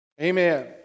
Amen